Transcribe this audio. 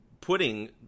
putting